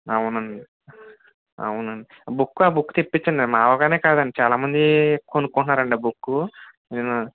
అవును అండి అవును అండి బుక్ ఆ బుక్ తెప్పించండి మా వాళ్ళకనే కాదండి చాలా మంది కొనుకుంటున్నారండి ఆ బుక్కు నేను